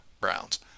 Browns